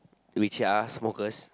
which are smokers